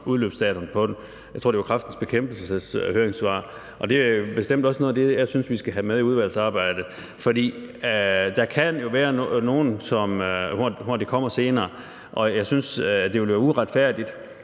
udløbsdatoen for det – jeg tror, det var i Kræftens Bekæmpelses høringssvar – og det er bestemt også noget af det, jeg synes vi skal have med i udvalgsarbejdet, fordi der jo kan være nogle, for hvem det kommer senere. Jeg synes, det vil være uretfærdigt